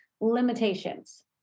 limitations